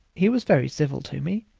he was very civil to me,